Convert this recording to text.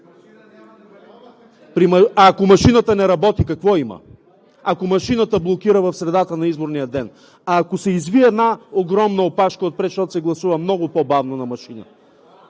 Ако машината не работи, какво има? Ако машината блокира в средата на изборния ден? Ако се извие една огромна опашка отпред, защото се гласува много по-бавно на машина?